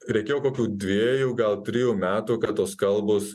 reikėjo kokių dviejų gal trijų metų kad tos kalbos